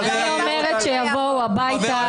סלסלת פירות --- אני אומרת שיבואו הביתה,